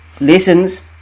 lessons